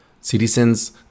Citizens